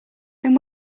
then